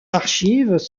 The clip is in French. archives